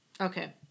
Okay